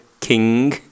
King